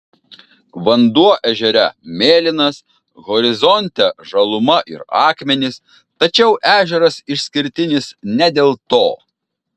vanduo ežere mėlynas horizonte žaluma ir akmenys tačiau ežeras išskirtinis ne dėl to